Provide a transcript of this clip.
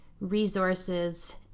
resources